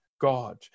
God